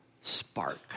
spark